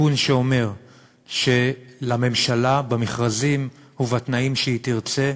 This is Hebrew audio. תיקון שאומר שלממשלה, במכרזים ובתנאים שהיא תרצה,